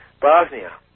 Bosnia